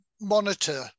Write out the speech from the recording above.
monitor